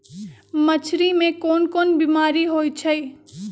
मछरी मे कोन कोन बीमारी होई छई